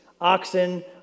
oxen